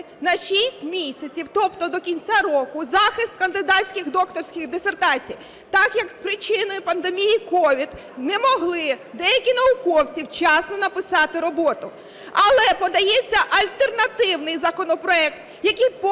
на 6 місяців, тобто до кінця року, захист кандидатських, докторських дисертацій, так як з причини пандемії COVID не могли деякі науковці вчасно написати роботу. Але подається альтернативний законопроект, який повністю